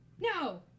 no